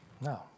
No